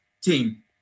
team